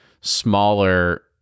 smaller